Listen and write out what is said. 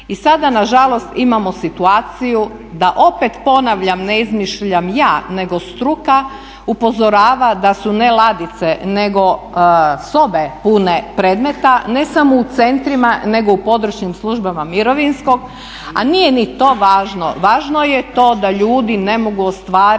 i sada nažalost imamo situaciju da, opet ponavljam ne izmišljam ja nego struka, upozorava da su ne ladice nego sobe pune predmeta, ne samo u centrima nego u područnim službama mirovinskog. A nije ni to važno, važno je to da ljudi ne mogu ostvariti